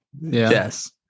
Yes